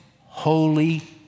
holy